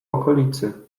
okolicy